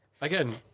Again